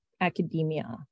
academia